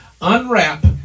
Unwrap